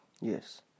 Yes